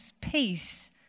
peace